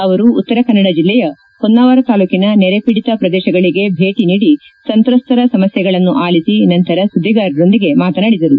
ಅವರು ಉತ್ತರಕನ್ನಡ ಜಿಲ್ಲೆಯ ಹೊನ್ನಾವರ ತಾಲೂಕನ ನೆರೆಪೀಡಿತ ಪ್ರದೇಶಗಳಗೆ ಭೇಟಿ ನೀಡಿ ಸಂತ್ರಕ್ತರ ಸಮಸ್ಥೆಗಳನ್ನು ಆಲಿಸಿ ನಂತರ ಸುದ್ಲಿಗಾರರೊಂದಿಗೆ ಮಾತನಾಡಿದರು